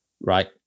right